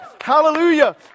Hallelujah